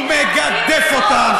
הוא מגדף אותם.